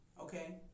Okay